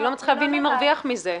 אני לא מצליחה להבין מי מרוויח מזה.